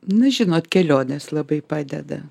na žinot kelionės labai padeda